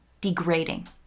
degrading